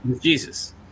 Jesus